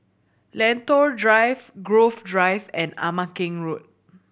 Lentor Drive Grove Drive and Ama Keng Road